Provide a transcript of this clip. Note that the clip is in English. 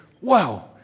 wow